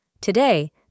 Today